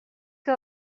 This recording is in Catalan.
que